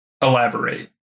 Elaborate